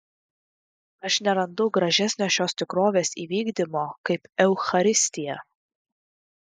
aš nerandu gražesnio šios tikrovės įvykdymo kaip eucharistija